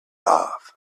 off